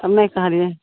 कम नहि कहलियै